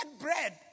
bread